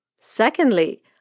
Secondly